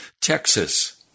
Texas